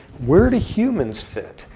where do humans fit?